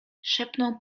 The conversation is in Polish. szepnął